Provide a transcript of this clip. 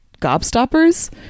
gobstoppers